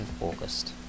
August